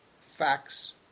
facts